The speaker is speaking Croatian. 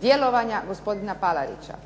djelovanja gospodina Palarića.